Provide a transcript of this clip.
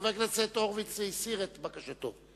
חבר הכנסת הורוביץ הסיר את בקשתו.